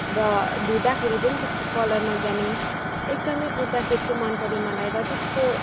र धुँदाखेरि पनि त्यसको कलर नजाने एकदमै कुर्ता सेट चाहिँ मनपऱ्यो मलाई र त्यसको